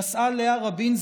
נשאה לאה רבין,